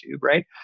Right